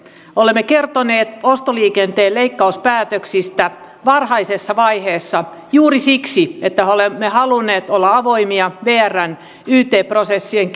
olemme kertoneet ostoliikenteen leikkauspäätöksistä varhaisessa vaiheessa juuri siksi että olemme halunneet olla avoimia vrn yt prosessien